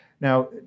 Now